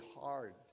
hard